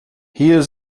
hier